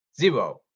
Zero